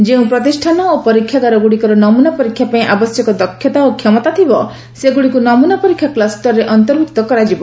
ଯେଉଁ ପ୍ରତିଷ୍ଠାନ ଓ ପରୀକ୍ଷାଗାରଗୁଡ଼ିକର ନମୁନା ପରୀକ୍ଷା ପାଇଁ ଆବଶ୍ୟକ ଦକ୍ଷତା ଓ କ୍ଷମତା ଥିବ ସେଗୁଡ଼ିକୁ ନମୁନା ପରୀକ୍ଷା କ୍ଲୁଷରରେ ଅନ୍ତର୍ଭୁକ୍ତ କରାଯିବ